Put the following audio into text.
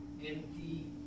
empty